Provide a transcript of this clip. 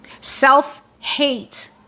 Self-hate